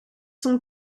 son